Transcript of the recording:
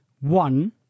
one